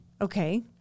Okay